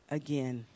again